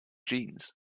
jeans